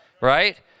right